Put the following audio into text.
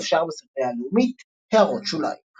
דף שער בספרייה הלאומית == הערות שוליים ==